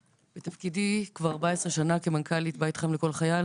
בתפקידי כבר 14 שנה כמנכ"לית בית חם לכל חייל,